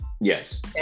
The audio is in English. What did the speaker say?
Yes